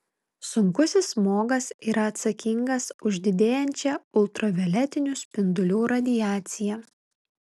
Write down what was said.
sunkusis smogas yra atsakingas už didėjančią ultravioletinių spindulių radiaciją